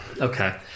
Okay